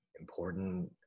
important